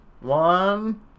One